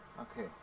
Okay